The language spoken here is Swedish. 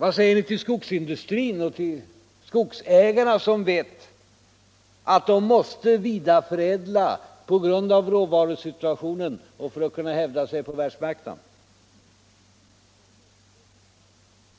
Vad säger ni till skogsindustrin och till skogsägarna som vet att de måste vidareförädla på grund av råvarusituationen och för att kunna hävda sig på världsmarknaden?